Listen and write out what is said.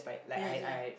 yes ya